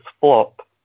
flop